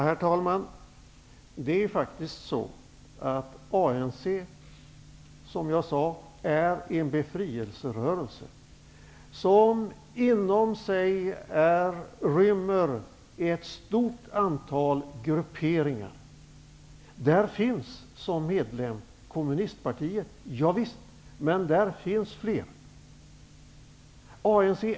Herr talman! Det är faktiskt så att ANC, som jag sade, är en befrielserörelse som inom sig rymmer ett stort antal grupperingar. Ja visst finns kommunistpartiet med som medlem. Men det finns flera medlemmar!